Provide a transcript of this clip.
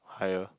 higher